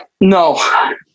No